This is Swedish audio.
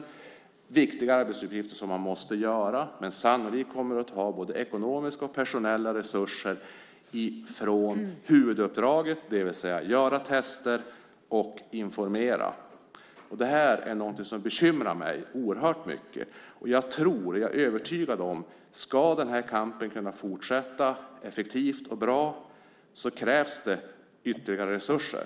Det är viktiga arbetsuppgifter som måste göras men sannolikt kommer att ta både ekonomiska och personella resurser från huvuduppdraget, det vill säga att göra tester och informera. Det här bekymrar mig oerhört mycket. Jag är övertygad om att om kampen ska kunna fortsätta att vara effektiv och bra krävs ytterligare resurser.